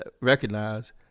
recognize